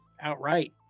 outright